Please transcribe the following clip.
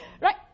Right